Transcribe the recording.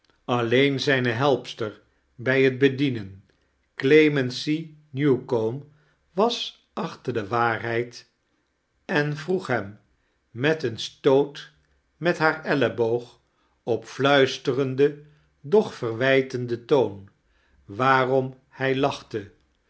alleen zijne helpster bij het bedienen clemency newcome was achter de waarheid en vroeg hem met een steot met haar elleboog op fluisterenden doch verwijtenden toon waarom hij lachte